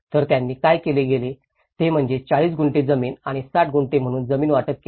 तर त्यांनी काय केले ते म्हणजे 40 गुंठे जमीन आणि 6 गुंठे म्हणून जमीन वाटप केली